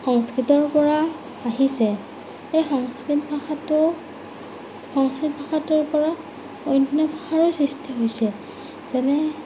সংস্কৃতৰ পৰা আহিছে এই সংস্কৃত ভাষাটো সংস্কৃত ভাষাটোৰ পৰা অন্য ভাষাৰো সৃষ্টি হৈছে যেনে